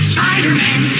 Spider-Man